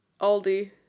Aldi